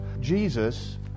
Jesus